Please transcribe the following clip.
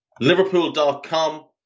Liverpool.com